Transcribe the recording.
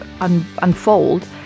unfold